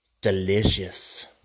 delicious